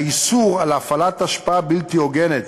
האיסור על הפעלת השפעה בלתי הוגנת,